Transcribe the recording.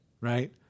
right